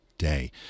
day